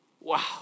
wow